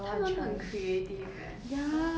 他们很 creative eh hor